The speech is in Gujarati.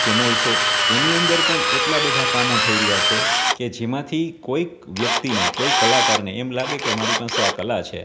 ચેનલ્સો એની અંદર પણ એટલાં બધાં કામો થઈ રહ્યાં છે કે જેમાંથી કોઈક વ્યક્તિને કોઈ કલાકારને એમ લાગે કે મારી પાસે આ કળા છે